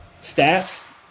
stats